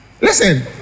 Listen